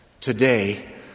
Today